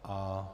A...